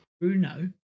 Bruno